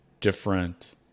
different